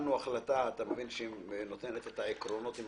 וקיבלנו החלטה שנותנת את העקרונות,